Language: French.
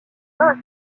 trains